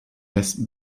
westen